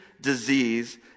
disease